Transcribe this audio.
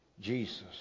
Jesus